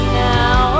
now